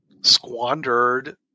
squandered